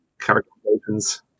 characterizations